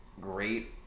great